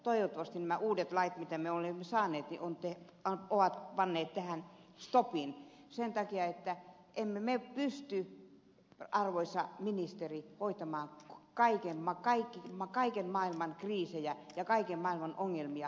toivottavasti nämä uudet lait mitä me olemme saaneet ovat panneet tähän stopin sen takia että me emme pysty arvoisa ministeri hoitamaan kaiken maailman kriisejä ja kaiken maailman ongelmia